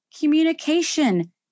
communication